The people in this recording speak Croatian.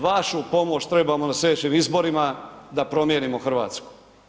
Vašu pomoć trebamo na sljedećim izborima da promijenimo Hrvatsku.